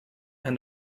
and